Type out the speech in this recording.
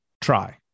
try